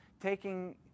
taking